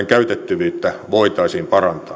käytettävyyttä voitaisiin parantaa